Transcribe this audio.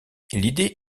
l’idée